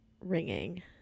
ringing